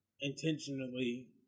intentionally